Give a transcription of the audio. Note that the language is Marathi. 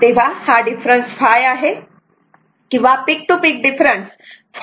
तेव्हा हा डिफरन्स ϕ आहे किंवा पीक टू पिक डिफरन्स ϕ आहे